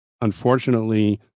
unfortunately